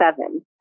seven